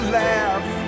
laugh